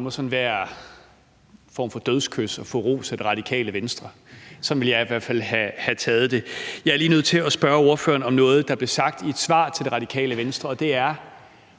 må sådan være en form for dødskys at få ros af Radikale Venstre – sådan ville jeg i hvert fald have taget det. Jeg er lige nødt til at spørge ordføreren om noget, der blev sagt i et svar til Radikale Venstre, og det er: